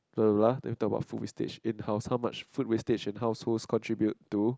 we will talk about food wastage in house how much food wastage in household contribute to